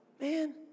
Man